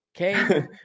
okay